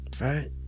Right